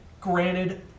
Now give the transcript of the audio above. Granted